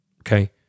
Okay